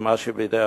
ומה שבידי